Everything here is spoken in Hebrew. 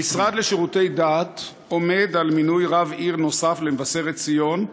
המשרד לשירותי דת עומד על מינוי רב עיר נוסף למבשרת ציון,